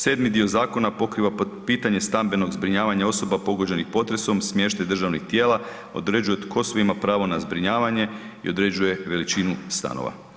Sedmi dio zakona pokriva pitanje stambenog zbrinjavanja osoba pogođenih potresom, smještaj državnih tijela, određuje tko sve ima pravo na zbrinjavanje i određuje veličinu stanova.